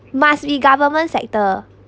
must be government sector